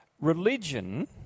religion